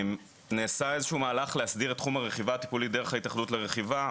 נעשה איזשהו מהלך להסדיר את תחום הרכיבה הטיפולית דרך ההתאחדות לרכיבה,